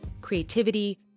creativity